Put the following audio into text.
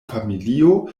familio